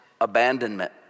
abandonment